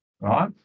right